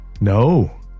No